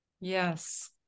yes